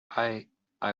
i—i